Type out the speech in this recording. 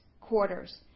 quarters